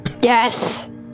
Yes